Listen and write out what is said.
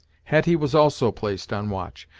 hetty was also placed on watch,